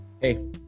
Hey